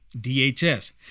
DHS